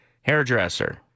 Hairdresser